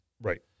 Right